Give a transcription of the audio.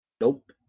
nope